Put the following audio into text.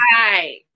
Right